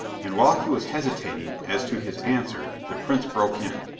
and while he was hesitating as to his answer the prince broke in.